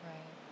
Right